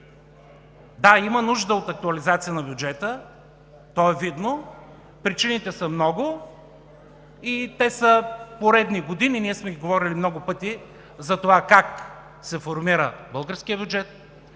Да, има нужда от актуализация на бюджета, то е видно. Причините са много и те са поредни години – говорили сме много пъти за това как се формира българският бюджет,